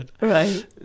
right